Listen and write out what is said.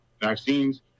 vaccines